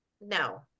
No